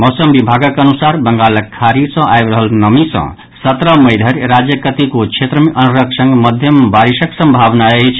मौसम विभागक अनुसार बंगालक खाड़ी सँ आबि रहल नमी सँ सत्रह मई धरि राज्यक कतेको क्षेत्र मे अन्हरक संग मध्यम बारिशक सम्भावना अछि